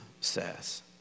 says